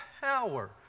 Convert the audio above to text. power